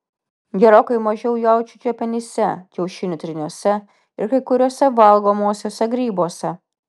gerokai mažiau jaučių kepenyse kiaušinių tryniuose ir kai kuriuose valgomuosiuose grybuose